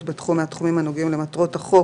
בתחום מהתחומים הנוגעים למטרות החוק.